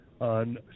on